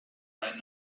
right